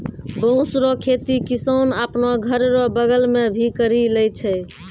बाँस रो खेती किसान आपनो घर रो बगल मे भी करि लै छै